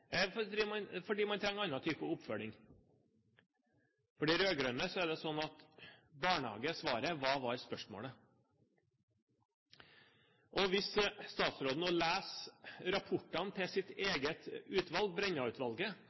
fordi man trenger annen oppfølging? For de rød-grønne er det slik at barnehage er svaret – hva var spørsmålet? Hvis statsråden leste rapporten fra sitt eget utvalg,